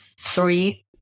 three